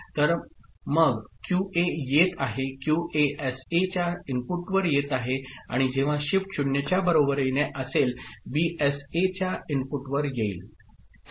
तर मग क्यूए येत आहे क्यूए एसए च्या इनपुटवर येत आहे आणि जेव्हा शिफ्ट 0 च्या बरोबरीने असेल बी एसए च्या इनपुटवर येईल